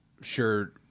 sure